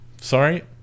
Sorry